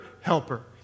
helper